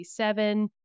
1997